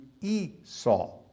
Esau